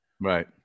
Right